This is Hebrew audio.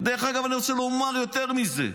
דרך אגב, אני רוצה לומר יותר מזה,